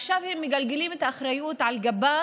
עכשיו הם מגלגלים את האחריות על גבם,